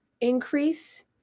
increase